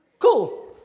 Cool